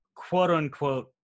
quote-unquote